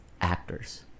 actors